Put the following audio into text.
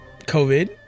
COVID